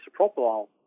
isopropyl